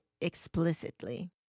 explicitly